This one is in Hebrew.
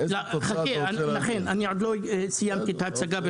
לאיזו תוצאה אתה רוצה להגיע?